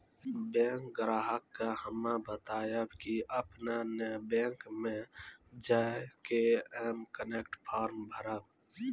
bank ग्राहक के हम्मे बतायब की आपने ने बैंक मे जय के एम कनेक्ट फॉर्म भरबऽ